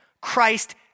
Christ